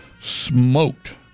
Smoked